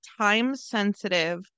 time-sensitive